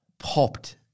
popped